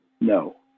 No